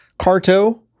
Carto